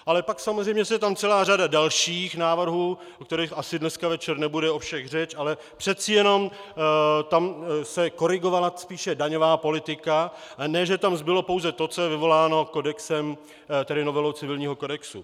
Ale pak samozřejmě je tam celá řada dalších návrhů, o kterých asi dneska večer nebude o všech řeč, ale přeci jenom se tam korigovala spíše daňová politika, a ne že tam zbylo pouze to, co je vyvoláno kodexem, tedy novelou civilního kodexu.